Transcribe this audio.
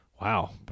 wow